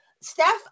Steph